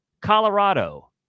Colorado